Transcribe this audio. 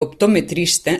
optometrista